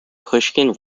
pushkin